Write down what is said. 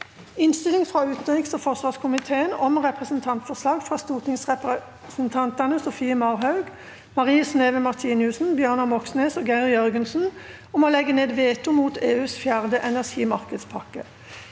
Innstilling fra utenriks- og forsvarskomiteen om Representantforslag fra stortingsrepresentantene Sofie Marhaug, Marie Sneve Martinussen, Bjørnar Moxnes og Geir Jørgensen om å legge ned veto mot EUs fjerde energi- markedspakke